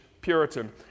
Puritan